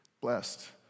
Blessed